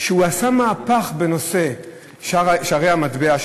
שעשה מהפך בנושא שערי המטבע,